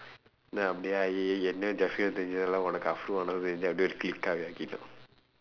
then அப்படியா என்ன:appadiyaa enna jafriya உனக்கு:unakku afro alazin clique-aa ஆக்கிட்டோம்:aakkitdoom